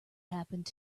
happened